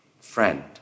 friend